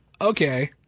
Okay